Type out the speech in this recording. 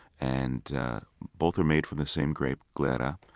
and both are made from the same grape, glera,